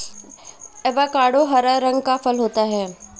avocado हरा रंग का फल होता है